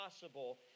possible